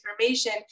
information